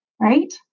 Right